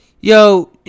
Yo